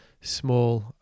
small